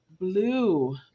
blue